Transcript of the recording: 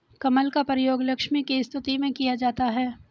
कमल का प्रयोग लक्ष्मी की स्तुति में किया जाता है